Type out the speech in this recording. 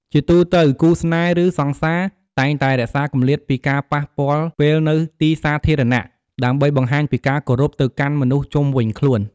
ជាទូទៅ គូស្នេហ៍ ឬ សង្សារ តែងតែរក្សាគម្លាតពីការប៉ះពាល់ពេលនៅទីសាធារណៈ ដើម្បីបង្ហាញពីការគោរពទៅកាន់មនុស្សជុំវិញខ្លួន។